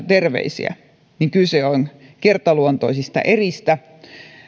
terveisiä niin kyse on kertaluontoisista eristä